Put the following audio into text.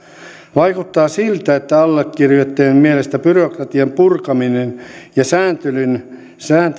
vaikuttaa siltä että allekirjoittajien mielestä byrokratian purkaminen ja sääntelyn